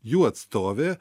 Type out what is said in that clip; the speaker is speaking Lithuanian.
jų atstovė